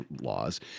laws